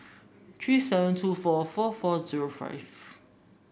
three seven two four four four zero five